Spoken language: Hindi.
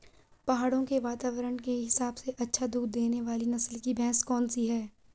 पहाड़ों के वातावरण के हिसाब से अच्छा दूध देने वाली नस्ल की भैंस कौन सी हैं?